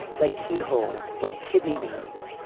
like keyholes, like kidney beans.